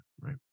right